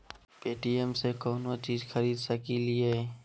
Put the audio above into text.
Paytm से कौनो चीज खरीद सकी लिय?